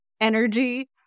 energy